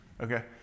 Okay